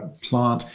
plant,